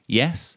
yes